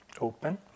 open